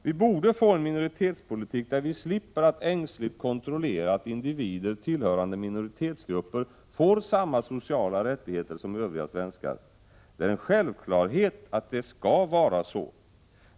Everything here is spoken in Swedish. Vi borde få en minoritetspolitik där vi slipper att ängsligt kontrollera att individer tillhörande minoritetsgrupper får samma sociala rättigheter som Övriga svenskar. Det är en självklarhet att det skall vara så.